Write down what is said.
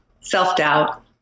Self-doubt